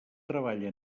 treballa